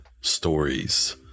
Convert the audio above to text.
stories